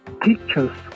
pictures